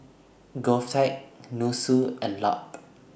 Govtech Nussu and Lup